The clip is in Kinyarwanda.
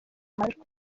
majwi